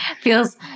feels